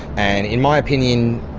and in my opinion,